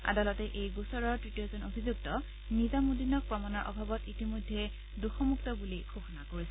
আদালতে এই গোচৰৰ তৃতীয়জন অভিযুক্ত নিজামুদিনক প্ৰমাণৰ অভাৱত ইতিমধ্যে দোষমুক্ত বুলি ঘোষণা কৰিছে